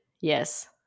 yes